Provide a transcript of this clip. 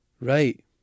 Right